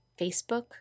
Facebook